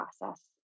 process